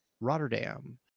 Rotterdam